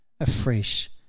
afresh